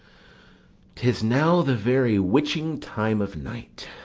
tis now the very witching time of night,